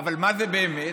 אבל מה זה באמת?